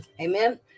amen